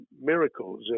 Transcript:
miracles